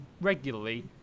regularly